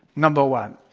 number one.